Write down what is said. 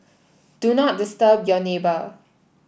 do not disturb your neighbour